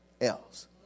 else